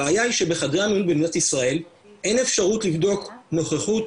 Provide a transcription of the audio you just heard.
הבעיה היא שבחדרי המיון במדינת ישראל אין אפשרות לבדוק נוכחות